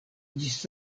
ĝis